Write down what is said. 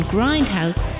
Grindhouse